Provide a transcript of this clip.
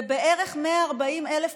זה בערך 140,000 פחות.